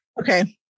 Okay